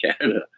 Canada